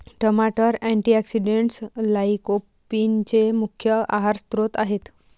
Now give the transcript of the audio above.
टमाटर अँटीऑक्सिडेंट्स लाइकोपीनचे मुख्य आहार स्त्रोत आहेत